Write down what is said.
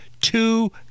two